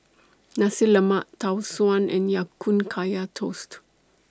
Nasi Lemak Tau Suan and Ya Kun Kaya Toast